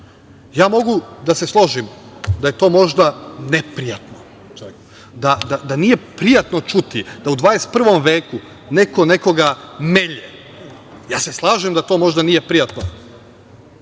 mogu da se složim da je to možda neprijatno, da nije prijatno čuti da u 21. veku neko nekoga melje. Ja se slažem da to možda nije prijatno,